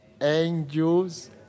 angels